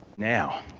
now,